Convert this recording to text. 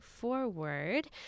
forward